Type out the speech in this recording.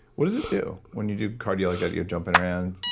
what does it do when you do cardio like that you're jumping around?